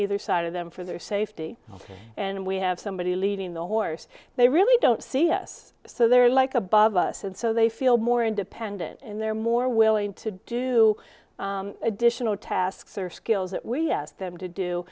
either side of them for their safety and we have somebody leading the horse they really don't see us so they're like above us and so they feel more independent and they're more willing to do additional tasks or skills that we ask them to do